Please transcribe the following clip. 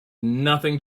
nothing